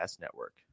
Network